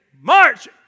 march